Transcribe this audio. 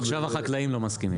עכשיו החקלאים לא מסכימים.